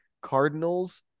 Cardinals